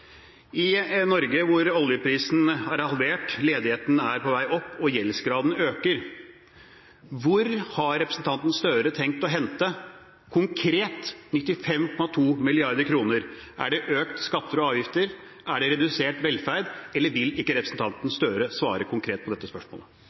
I Norge, hvor oljeprisen er halvert, ledigheten er på vei opp og gjeldsgraden øker: Hvorfra har representanten Gahr Støre tenkt å hente, konkret, 95,2 mrd. kr? Er det ved økte skatter og avgifter, er det ved redusert velferd, eller vil ikke representanten Gahr Støre svare konkret på dette spørsmålet?